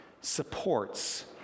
supports